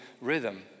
rhythm